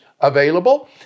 available